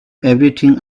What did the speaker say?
everything